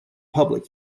public